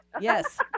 Yes